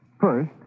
First